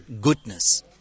goodness